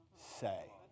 say